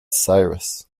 cyrus